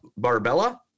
Barbella